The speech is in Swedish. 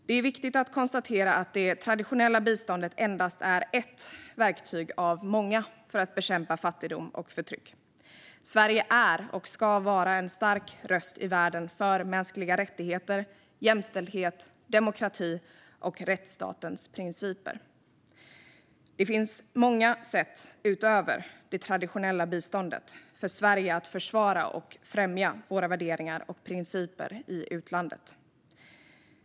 Det är viktigt att konstatera att det traditionella biståndet endast är ett verktyg av många för att bekämpa fattigdom och förtryck. Sverige är och ska vara en stark röst i världen för mänskliga rättigheter, jämställdhet, demokrati och rättsstatens principer. Det finns många sätt, utöver det traditionella biståndet, för Sverige att försvara och främja våra värderingar och principer i utlandet.